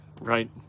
right